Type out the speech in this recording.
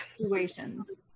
situations